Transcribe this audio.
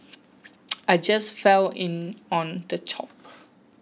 I just fell in on the top